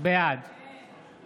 בעד